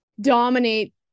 dominate